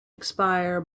expire